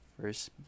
first